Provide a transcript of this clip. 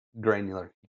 Granular